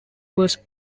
was